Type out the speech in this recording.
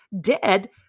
Dead